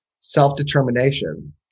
self-determination